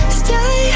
stay